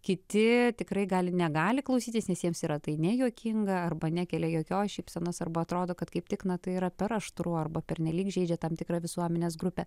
kiti tikrai gali negali klausytis nes jiems yra tai nejuokinga arba nekelia jokios šypsenos arba atrodo kad kaip tik na tai yra per aštru arba pernelyg žeidžia tam tikra visuomenės grupę